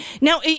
Now